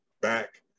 back